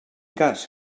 cas